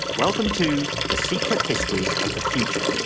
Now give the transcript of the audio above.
welcome to the secret history of the future